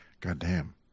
Goddamn